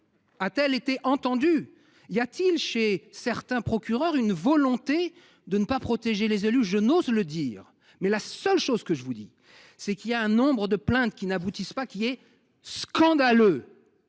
A t elle été entendue ? Y a t il chez certains procureurs une volonté de ne pas protéger les élus ? Je n’ose le dire. La seule chose que je peux relever, c’est que le nombre de plaintes qui n’aboutissent pas est scandaleux.